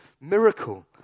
miracle